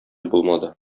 булмады